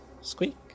squeak